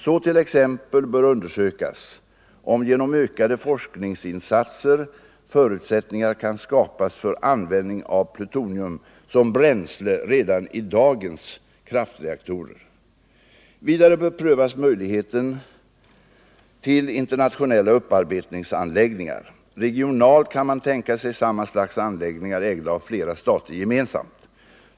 Så till exempel bör undersökas om genom ökade forskningsinsatser förutsättningar kan skapas för användning av plutonium som bränsle redan i dagens kraftreaktorer. Vidare bör prövas möjligheten till internationella upparbetningsanläggningar. Regionalt kan man tänka sig samma slags anläggningar ägda av flera stater gemensamt.